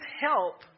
help